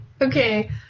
Okay